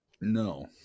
No